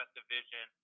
division